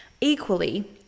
equally